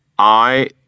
I